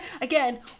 Again